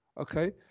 okay